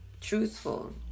truthful